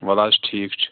وَل حظ ٹھیٖک چھُ